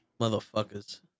Motherfuckers